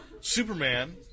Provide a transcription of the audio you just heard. Superman